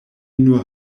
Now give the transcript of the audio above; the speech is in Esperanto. nur